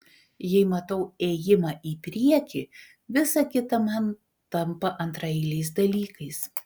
jei matau ėjimą į priekį visa kita man tampa antraeiliais dalykais